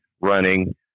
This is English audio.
running